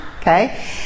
okay